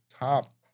top